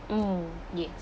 oh yes